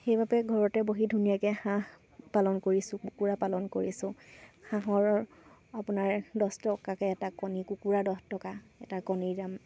সেইবাবে ঘৰতে বহি ধুনীয়াকৈ হাঁহ পালন কৰিছোঁ কুকুৰা পালন কৰিছোঁ হাঁহৰ আপোনাৰ দহ টকাকৈ এটা কণী কুকুৰা দহ টকা এটা কণীৰ দাম